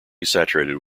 saturated